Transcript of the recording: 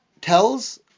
tells